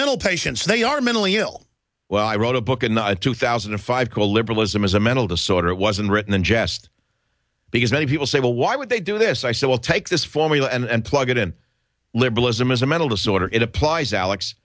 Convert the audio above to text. mental patients they are mentally ill i wrote a book in two thousand and five called liberalism is a mental disorder it wasn't written in jest because many people say well why would they do this i said well take this formula and plug it in liberalism is a mental disorder it applies alex